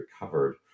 recovered